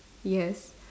yes